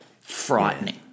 frightening